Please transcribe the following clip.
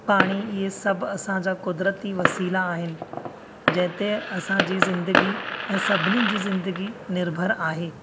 पाणी हीअ सभु असांजा कुदरती वसीला आहिनि जेते असांजी ज़िंदगी सभिनीनि जी ज़िदगी निर्भर आहे